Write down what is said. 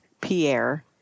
pierre